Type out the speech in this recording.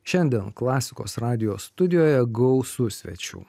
šiandien klasikos radijo studijoje gausu svečių